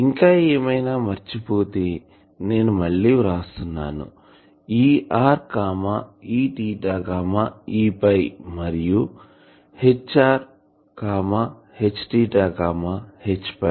ఇంకా ఏమైనా మర్చిపోతే నేను మళ్ళి వ్రాస్తున్నాను Er E E మరియు Hr H H